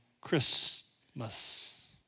Christmas